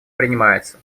принимается